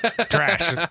trash